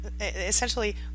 essentially